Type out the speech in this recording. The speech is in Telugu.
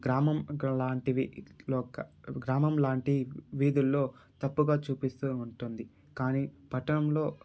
గ్రామం లాంటివి లోక గ్రామం లాంటి వీధుల్లో తప్పుగా చూపిస్తు ఉంటుంది కానీ పట్టణంలో